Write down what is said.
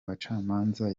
bacamanza